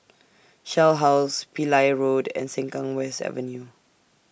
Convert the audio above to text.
Shell House Pillai Road and Sengkang West Avenue